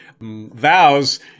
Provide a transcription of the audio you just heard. vows